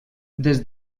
des